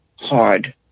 hard